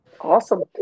Awesome